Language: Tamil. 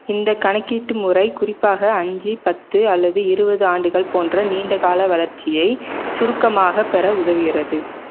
இந்தக் கணக்கீட்டு முறை குறிப்பாக அஞ்சு பத்து அல்லது இருபது ஆண்டுகள் போன்ற நீண்டகால வளர்ச்சியை சுருக்கமாகப் பெற உதவுகிறது